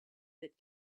that